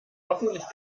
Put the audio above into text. hoffentlich